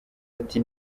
ati